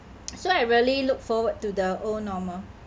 so I really look forward to the old normal